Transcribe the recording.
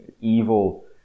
Evil